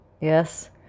Yes